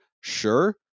sure